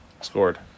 scored